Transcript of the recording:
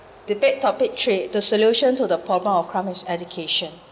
debate topic three the solution to the problem of crime is education